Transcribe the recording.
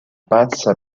pazza